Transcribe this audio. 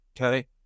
Okay